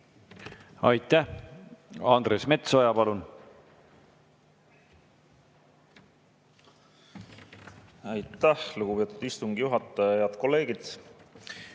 Aitäh! Andres Metsoja, palun! Aitäh, lugupeetud istungi juhataja! Head kolleegid!